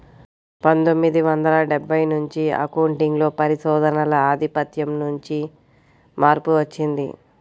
పందొమ్మిది వందల డెబ్బై నుంచి అకౌంటింగ్ లో పరిశోధనల ఆధిపత్యం నుండి మార్పు వచ్చింది